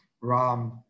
RAM